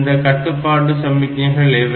இந்த கட்டுப்பாட்டு சமிக்ஞைகள் எவை